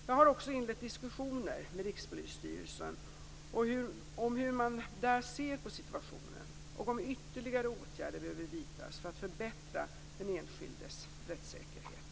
Jag har också inlett diskussioner med Rikspolisstyrelsen om hur man där ser på situationen och om ytterligare åtgärder behöver vidtas för att förbättra den enskildes rättssäkerhet.